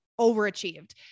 overachieved